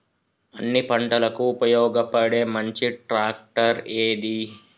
అన్ని పంటలకు ఉపయోగపడే మంచి ట్రాక్టర్ ఏది?